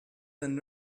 and